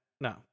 no